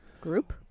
Group